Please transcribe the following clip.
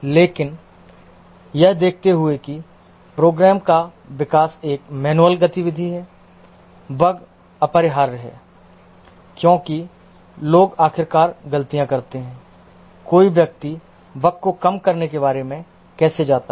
लेकिन यह देखते हुए कि प्रोग्राम का विकास एक मैन्युअल गतिविधि है बग अपरिहार्य हैं क्योंकि लोग आखिरकार गलतियाँ करते हैं कोई व्यक्ति बग को कम करने के बारे में कैसे जाता है